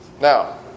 Now